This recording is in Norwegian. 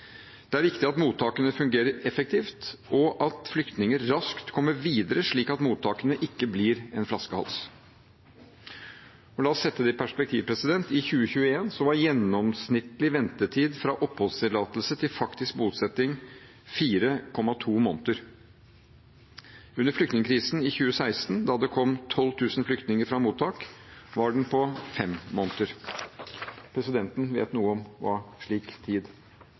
Det er viktig at mottakene fungerer effektivt, og at flyktninger raskt kommer videre slik at mottakene ikke blir en flaskehals. La oss sette det i perspektiv: I 2021 var gjennomsnittlig ventetid fra oppholdstillatelse til faktisk bosetting 4,2 måneder. Under flyktningkrisen i 2016 – da det kom 12 000 flyktninger fra mottak – var den på fem måneder. Presidenten vet noe om hva slik tid